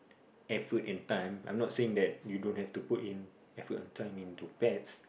effort and time I'm not saying that you don't have to put in effort and time into pets